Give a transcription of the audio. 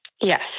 Yes